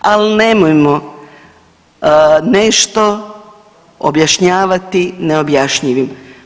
Ali nemojmo nešto objašnjavati neobjašnjivim.